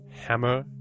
Hammer